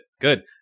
good